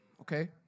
Okay